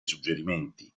suggerimenti